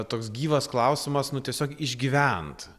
toks gyvas klausimas nu tiesiog išgyvent